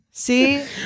See